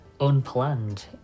unplanned